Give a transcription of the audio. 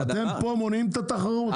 אתם מונעים פה את התחרות.